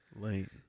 Lane